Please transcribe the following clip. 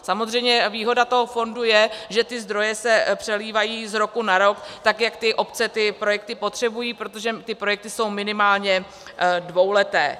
Samozřejmě výhoda toho fondu je, že ty zdroje se přelévají z roku na rok tak, jak obce ty projekty potřebují, protože ty projekty jsou minimálně dvouleté.